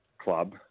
club